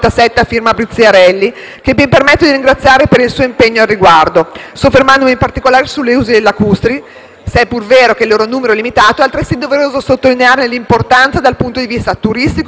che mi permetto di ringraziare per il suo impegno al riguardo. Quanto alle isole lacustri in particolare, se è pur vero che il loro numero è limitato, è altresì doveroso sottolinearne l'importanza dal punto di vista turistico, culturale e paesaggistico.